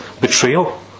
betrayal